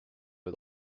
but